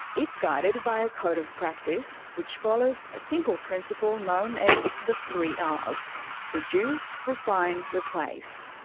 it's guided by a code of practice which follows a simple principle known as the three um rs reduce, refine, replace.